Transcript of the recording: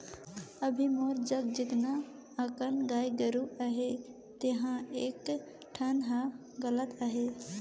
अभी तोर जघा जेतना अकन गाय गोरु अहे तेम्हे कए ठन हर लगत अहे